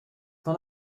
dans